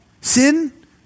Sin